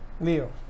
Leo